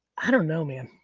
i don't know, man.